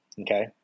okay